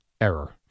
error